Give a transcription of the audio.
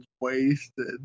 wasted